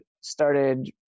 started